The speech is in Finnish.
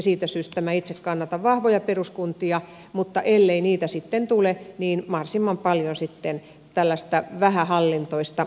siitä syystä minä itse kannatan vahvoja peruskuntia mutta ellei niitä sitten tule niin mahdollisimman paljon sitten tällaista vähähallintoista yhteistyötä